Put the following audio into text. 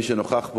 את מי שנוכח פה,